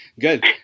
good